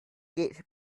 get